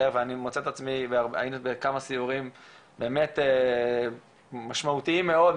אני מצאתי את עצמי בכמה סיורים באמת משמעותיים מאוד,